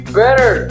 better